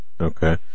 Okay